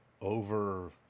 over